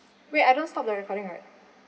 wait I don't stop the recording right